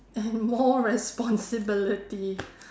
and more responsibility